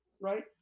right